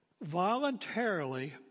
Voluntarily